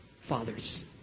fathers